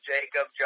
Jacob